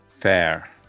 Fair